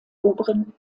oberen